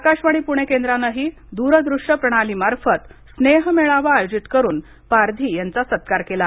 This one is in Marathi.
आकाशवाणी पूणे केंद्रानेही द्रदश्य प्रणाली मार्फत स्नेह मेळावा आयोजित करून पारधी यांचा सत्कार केला